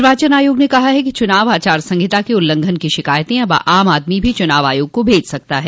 निर्वाचन आयोग ने कहा है कि चुनाव आचार संहिता के उल्लंघन की शिकायते अब आम आदमी भी चुनाव आयोग को भेज सकता है